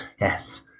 yes